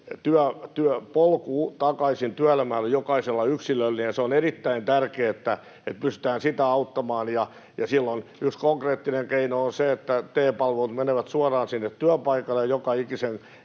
työpolku takaisin työelämään on jokaisella yksilöllinen. Se on erittäin tärkeää, että pystytään sitä auttamaan, ja silloin yksi konkreettinen keino on se, että te-palvelut menevät suoraan sinne työpaikalle ja joka ikisen